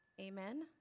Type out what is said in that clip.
Amen